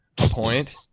point